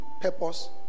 purpose